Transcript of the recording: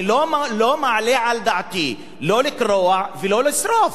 אני לא מעלה על דעתי, לא לקרוע ולא לשרוף.